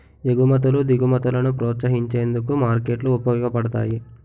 ఎగుమతులు దిగుమతులను ప్రోత్సహించేందుకు మార్కెట్లు ఉపయోగపడతాయి